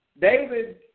David